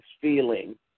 feeling